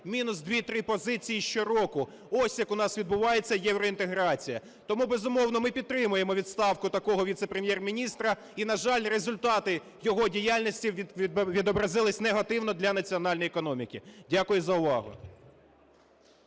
мінус дві-три позиції щороку. Ось як у нас відбувається євроінтеграція. Тому, безумовно, ми підтримуємо відставку такого віце-прем'єр-міністра, і, на жаль, результати його діяльності відобразились негативно для національної економіки. Дякую за увагу.